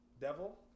devil